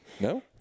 No